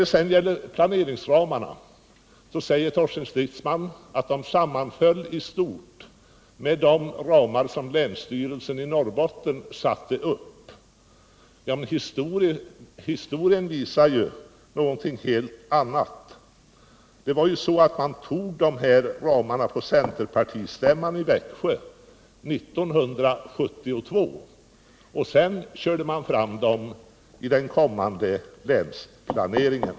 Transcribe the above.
Beträffande centerns planeringsramar säger Torsten Stridsman att de i stort sammanföll med de ramar som länsstyrelsen i Norrbotten satte upp. Historien visar ju någonting helt annat. Man antog ju de här befolkningsmålsättningarna på centerpartistämman i Växjö 1972. Sedan körde man fram dem i den kommande länsplaneringen.